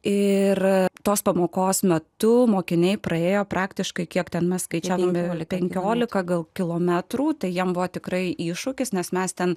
ir tos pamokos metu mokiniai praėjo praktiškai kiek ten mes skaičiavome penkiolika gal kilometrų tai jam buvo tikrai iššūkis nes mes ten